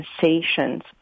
sensations